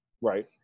Right